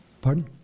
Pardon